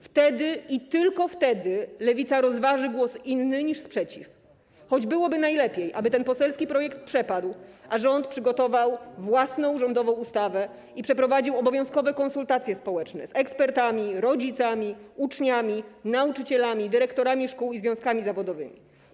Wtedy i tylko wtedy Lewica rozważy głos inny niż sprzeciw, choć byłoby najlepiej, aby ten poselski projekt przepadł, a rząd przygotował własną rządową ustawę i przeprowadził obowiązkowe konsultacje społeczne, z ekspertami, rodzicami, uczniami, nauczycielami, dyrektorami szkół i związkami zawodowymi.